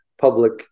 public